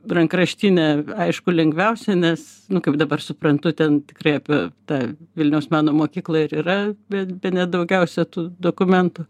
rankraštinė aišku lengviausia nes nu kaip dabar suprantu ten tikrai apie tą vilniaus meno mokyklą ir yra be bene daugiausia tų dokumentų